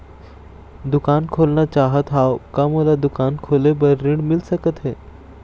दुकान खोलना चाहत हाव, का मोला दुकान खोले बर ऋण मिल सकत हे?